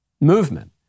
movement